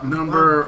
Number